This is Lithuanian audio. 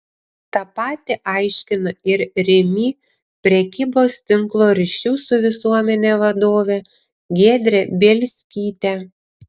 tą patį aiškina ir rimi prekybos tinklo ryšių su visuomene vadovė giedrė bielskytė